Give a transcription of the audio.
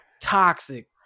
toxic